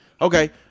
Okay